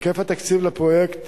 היקף התקציב לפרויקט